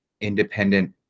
independent